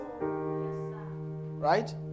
Right